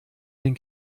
den